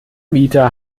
mieter